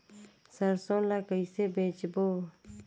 सरसो ला कइसे बेचबो?